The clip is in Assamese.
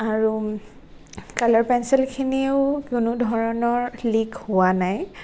আৰু কালাৰ পেঞ্চিলখিনিও কোনো ধৰণৰ লীক হোৱা নাই